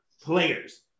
players